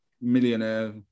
millionaire